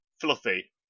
Fluffy